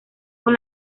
con